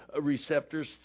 receptors